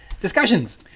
Discussions